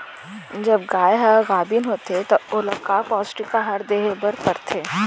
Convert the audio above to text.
जब गाय ह गाभिन होथे त ओला का पौष्टिक आहार दे बर पढ़थे?